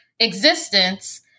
existence